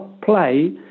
play